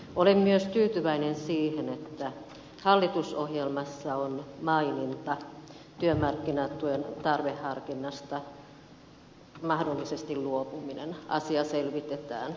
olen myös tyytyväinen siihen että hallitusohjelmassa on maininta mahdollisesta luopumisesta työmarkkinatuen tarveharkinnasta asia selvitetään